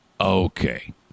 Okay